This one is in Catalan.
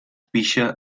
pixa